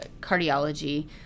cardiology